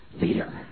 leader